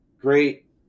great